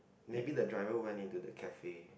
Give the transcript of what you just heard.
maybe the driver went into the cafe